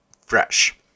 fresh